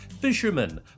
fishermen